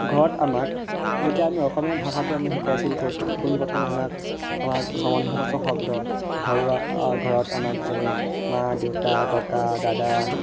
ঘৰত আমাক যেতিয়া আমি অসমীয়া ভাষাটো আমাক শিকাইছিল পোনপ্ৰথমে আমাক আমাক সমন্ধবাছক শব্দ ঘৰুৱা ঘৰত আমাক যেনে মা দেউতা ককা দাদা